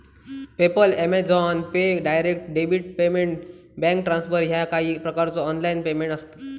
PayPal, Amazon pay, direct debit payment, bank transfer ह्या काही प्रकारचो ऑनलाइन पेमेंट आसत